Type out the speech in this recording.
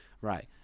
right